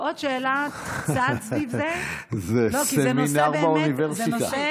ועוד שאלת צד סביב זה, זה סמינר באוניברסיטה.